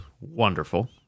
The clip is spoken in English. wonderful